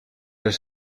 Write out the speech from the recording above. les